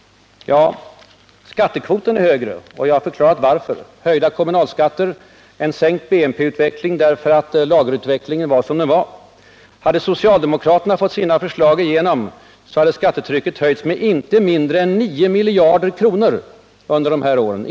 Ja, skattekvoten är högre, och jag har förklarat varför: höjda kommunaiskatter, en sänkt BNP-utveckling, därför att lageruppbyggnaden var som den var. Och hade socialdemokraterna fått igenom sina förslag hade skattetrycket höjts med inte mindre än 9 miljarder kronor under de här åren.